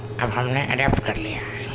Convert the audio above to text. اب ہم نے اڈیپٹ کر لیا ہے